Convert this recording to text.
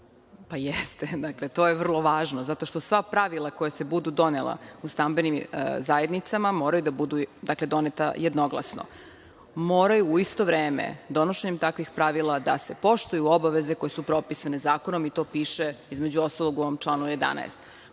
jednoglasno. To je vrlo važno, zato što sva pravila koja se budu donela u stambenim zajednicama moraju biti doneta jednoglasno. Moraju u isto vreme, donošenjem takvih pravila, da se poštuju obaveze koje su propisane zakonom i to piše, između ostalog, u ovom članu 11.